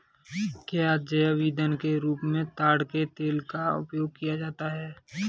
क्या जैव ईंधन के रूप में ताड़ के तेल का उपयोग होता है?